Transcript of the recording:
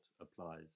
applies